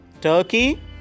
Turkey